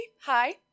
hi